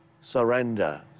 surrender